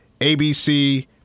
ABC